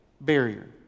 barrier